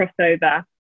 crossover